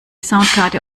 soundkarte